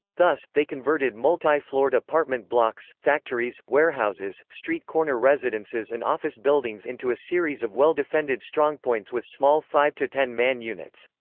thus, they converted multi-floored apartment blocks, factories, warehouses, street corner residences and office buildings into a series of well defended strongpoints with small five ten man units.